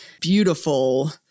beautiful